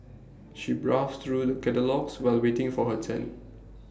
she browsed through the catalogues while waiting for her turn